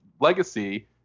Legacy